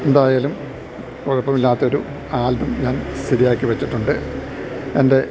എന്തായാലും കുഴപ്പമില്ലാത്തൊരു ആൽബം ഞാൻ ശെരിയാക്കി വെച്ചിട്ടുണ്ട് എൻ്റെ